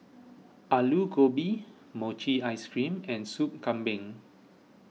Aloo Gobi Mochi Ice Cream and Soup Kambing